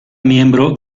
miembro